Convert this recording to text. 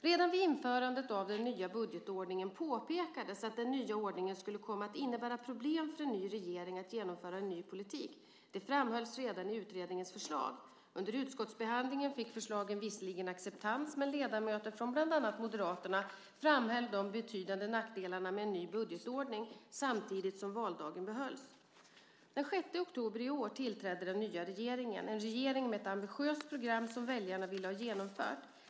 Redan vid införandet av den nya budgetordningen påpekades att den nya ordningen skulle komma att innebära problem för en ny regering att genomföra en ny politik. Det framhölls redan i utredningens förslag. Under utskottsbehandlingen fick förslagen visserligen acceptans, men ledamöter från bland annat Moderaterna framhöll de betydande nackdelarna med en ny budgetordning samtidigt som valdagen behölls. Den 6 oktober i år tillträdde den nya regeringen, en regering med ett ambitiöst program som väljarna ville ha genomfört.